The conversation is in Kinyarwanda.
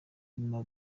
nyuma